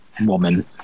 woman